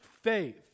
faith